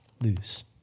lose